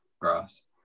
grass